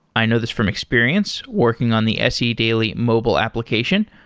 i know this from experience working on the se daily mobile application.